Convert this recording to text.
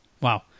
Wow